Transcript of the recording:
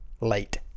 Late